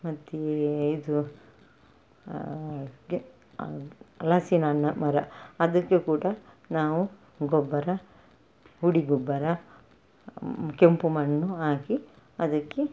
ಮತ್ತು ಇದು ಗೆ ಹಲಸಿನ ಅಣ್ಣ ಮರ ಅದಕ್ಕೆ ಕೂಡ ನಾವು ಗೊಬ್ಬರ ಹುಡಿ ಗೊಬ್ಬರ ಕೆಂಪು ಮಣ್ಣು ಹಾಕಿ ಅದಕ್ಕೆ